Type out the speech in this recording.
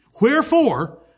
wherefore